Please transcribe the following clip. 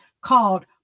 called